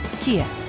Kia